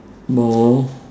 mou